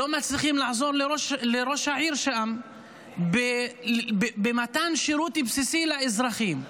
לא מצליחים לעזור לראש העיר שם במתן שירות בסיסי לאזרחים.